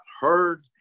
heard